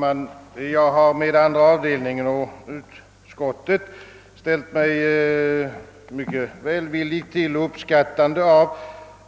Herr talman! Jag har i statsutskottets andra avdelning ställt mig mycket välvillig till och uppskattande av